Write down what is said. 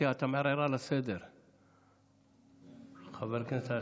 תודה רבה, לחבר הכנסת עופר כסיף.